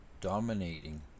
dominating